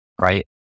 right